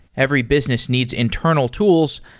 every business needs internal tools,